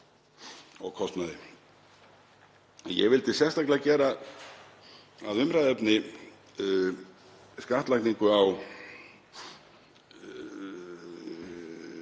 og kostnaði. Ég vildi sérstaklega gera að umræðuefni skattlagningu á